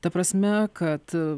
ta prasme kad